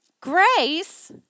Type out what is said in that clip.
grace